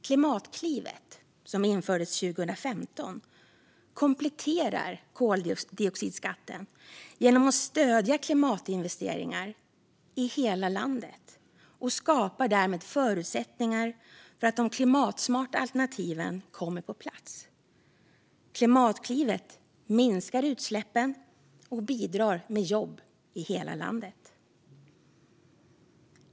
Klimatklivet, som infördes 2015, kompletterar koldioxidskatten genom att stödja klimatinvesteringar i hela landet och skapar därmed förutsättningar för att de klimatsmarta alternativen kommer på plats. Klimatklivet minskar utsläppen och bidrar till jobb i hela landet.